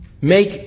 make